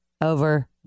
over